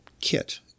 kit